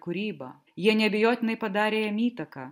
kūryba jie neabejotinai padarė jam įtaką